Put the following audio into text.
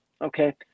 Okay